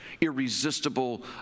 irresistible